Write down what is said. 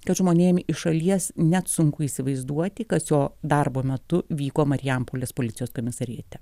kad žmonėm iš šalies net sunku įsivaizduoti kas jo darbo metu vyko marijampolės policijos komisariate